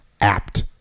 apt